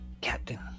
Captain